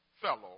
fellow